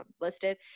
listed